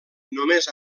només